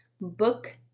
book